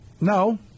No